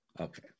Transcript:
Okay